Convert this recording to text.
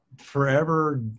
forever